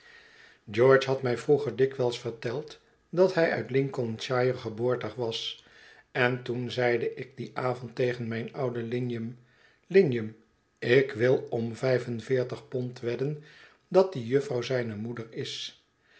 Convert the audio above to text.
george had mij vroeger dikwijls verteld dat hij uit lincolnshire geboortig was en toen zeide ik dien avond tegen mijn ouden lignum lignum ik wil om vijf en veertig pond wedden dat die jufvrouw zijne moeder is